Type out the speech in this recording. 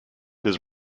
his